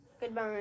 Goodbye